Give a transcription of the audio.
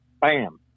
bam